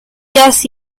jazz